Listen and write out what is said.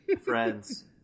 Friends